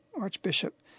Archbishop